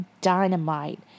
Dynamite